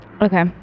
Okay